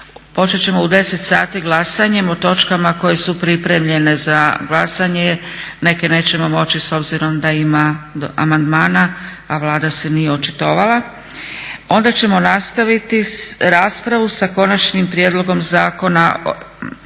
Počet ćemo u 10,00 sati glasanjem o točkama koje su pripremeljene za glasanje. Neke nećemo moći s obzirom da ima amandmana, a Vlada se nije očitovala. Onda ćemo nastaviti raspravu sa Konačnim prijedlogom zakona o izmjenama